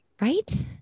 right